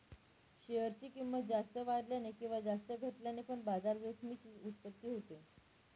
share ची किंमत जास्त वाढल्याने किंवा जास्त घटल्याने पण बाजार जोखमीची उत्पत्ती होते